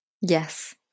yes